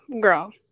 girl